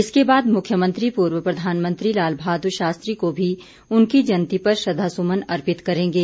इसके बाद मुख्यमंत्री पूर्व प्रधान प्रधानमंत्री लाल बहादुर शास्त्री को भी उनकी जयंती पर श्रद्वा सुमन अर्पित करेंगे